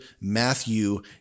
Matthew